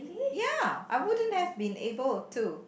ya I wouldn't have been able to